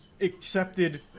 accepted